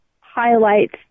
highlights